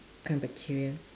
kind of bacteria